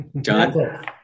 John